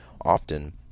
often